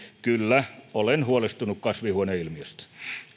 kyllä olen huolestunut kasvihuoneilmiöstä